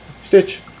Stitch